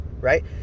right